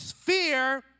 fear